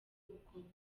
ukundi